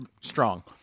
strong